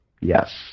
Yes